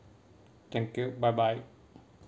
thank you bye bye